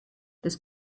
das